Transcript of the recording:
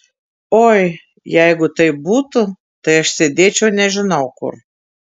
oi jeigu taip būtų tai aš sėdėčiau nežinau kur